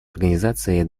организации